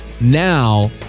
now